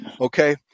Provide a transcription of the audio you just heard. Okay